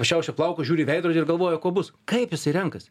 pašiaušia plaukus žiūri į veidrodį ir galvoja kuo bus kaip jisai renkasi